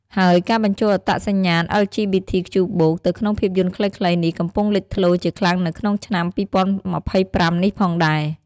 ហើយការបញ្ចូលអត្តសញ្ញាណ អិល ជី ប៊ី ធី ខ្ជូ បូក (LGBTQ+) ទៅក្នុងភាពយន្ដខ្លីៗនេះកំពុងលេចធ្លោជាខ្លាំងនៅក្នុងឆ្នាំ ២០២៥ នេះផងដែរ។